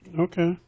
Okay